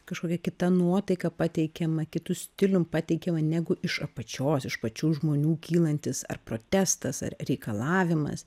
kažkokia kita nuotaika pateikiama kitu stilium pateikiama negu iš apačios iš pačių žmonių kylantis ar protestas ar reikalavimas